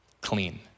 clean